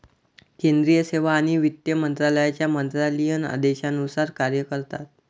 केंद्रीय सेवा आणि वित्त मंत्र्यांच्या मंत्रालयीन आदेशानुसार कार्य करतात